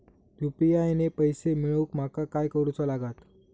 UPI ने पैशे मिळवूक माका काय करूचा लागात?